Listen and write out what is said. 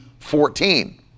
14